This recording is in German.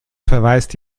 verweist